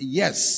yes